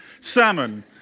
Salmon